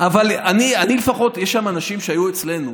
אני, לפחות, יש שם אנשים שהיו אצלנו,